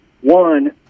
One